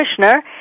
Kushner